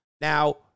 now